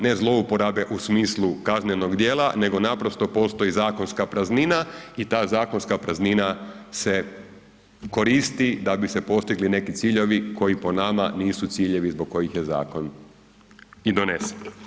Ne zlouporabe u smislu kaznenog djela nego naprosto postoji zakonska praznina i ta zakonska praznina se koristi da bi se postigli neki ciljevi koji po nama nisu ciljevi zbog kojih je zakon i donesen.